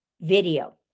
video